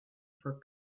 for